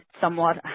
somewhat